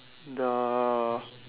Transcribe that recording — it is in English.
the